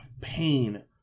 pain